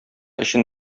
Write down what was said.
өчен